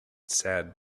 sad